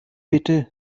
bitte